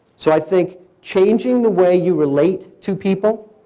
so i think changing the way you relate to people,